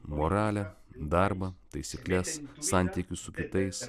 moralę darbą taisykles santykius su kitais